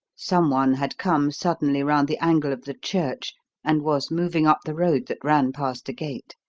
someone had come suddenly round the angle of the church and was moving up the road that ran past the gate.